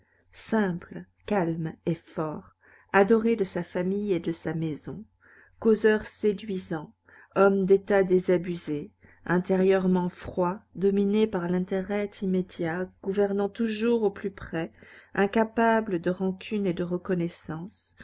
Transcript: simple calme et fort adoré de sa famille et de sa maison causeur séduisant homme d'état désabusé intérieurement froid dominé par l'intérêt immédiat gouvernant toujours au plus près incapable de rancune et de reconnaissance